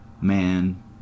man